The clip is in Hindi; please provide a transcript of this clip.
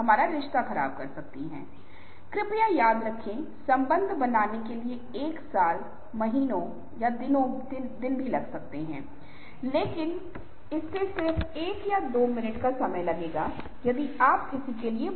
पहले आपको टास्क पूरा करना होता है और टास्क को पूरा करने के लिए आपको यहां और वहां बहुत सारे छोटे काम करने होते हैं ताकि जॉब पूरी हो जाए